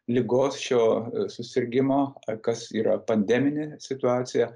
ligos šio susirgimo kas yra pandeminė situacija